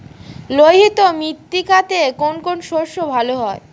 লোহিত মৃত্তিকাতে কোন কোন শস্য ভালো হয়?